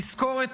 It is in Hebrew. תזכורת